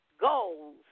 goals